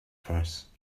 price